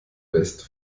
west